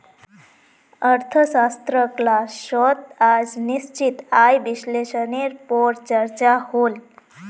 अर्थशाश्त्र क्लास्सोत आज निश्चित आय विस्लेसनेर पोर चर्चा होल